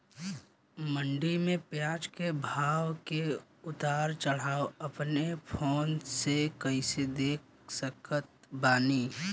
मंडी मे प्याज के भाव के उतार चढ़ाव अपना फोन से कइसे देख सकत बानी?